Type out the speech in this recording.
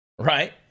right